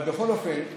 בכל אופן,